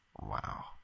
Wow